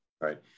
right